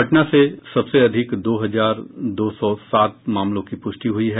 पटना से सबसे अधिक दो हजार दो सौ सात मामलों की पुष्टि हुई है